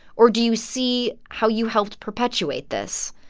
or do you see how you helped perpetuate this?